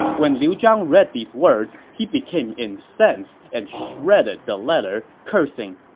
when liu zhang read these words, he became incensed and shredded the letter, cursing,